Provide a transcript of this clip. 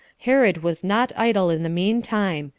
herod was not idle in the mean time,